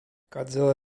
godzilla